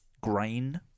grain